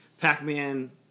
pac-man